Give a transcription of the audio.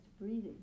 breathing